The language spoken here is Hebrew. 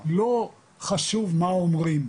לא חשוב מה אומרים,